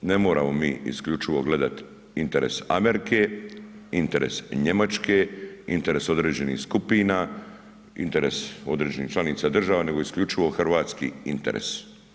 Ne moramo mi isključivo gledati interes Amerike, interes Njemačke, interes određenih skupina, interes određenih članica država, nego isključivo hrvatski interes.